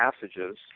passages—